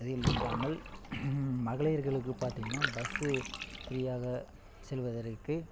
அது இன்றாமல் மகளிர்களுக்கு பார்த்தீங்கன்னா பஸ்ஸு ஃப்ரீயாக செல்வதற்கு